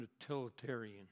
utilitarian